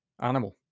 animal